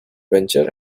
venture